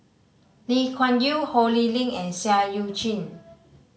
Lee Kuan Yew Ho Lee Ling and Seah Eu Chin